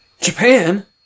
Japan